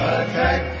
attack